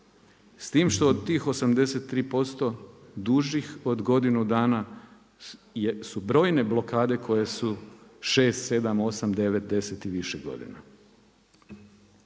S time što od tih 83% dužih od godinu dana su brojne blokade koje su 6, 7, 8 9, 10 i više godina.